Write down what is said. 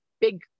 big